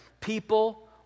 people